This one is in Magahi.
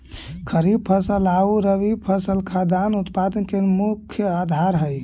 खरीफ फसल आउ रबी फसल खाद्यान्न उत्पादन के मुख्य आधार हइ